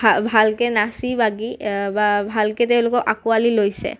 ভা ভালকৈ নাচি বাগি বা ভালকৈ তেওঁলোকক আঁকোৱালি লৈছে